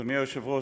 אדוני היושב-ראש,